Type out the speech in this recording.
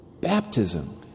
baptism